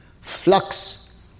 flux